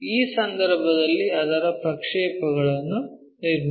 ಈ ಸಂದರ್ಭದಲ್ಲಿ ಅದರ ಪ್ರಕ್ಷೇಪಗಳನ್ನು ನಿರ್ಮಿಸಿ